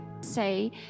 say